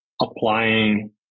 applying